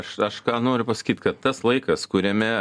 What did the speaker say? aš aš ką noriu pasakyti kad tas laikas kuriame